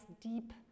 deep